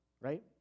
right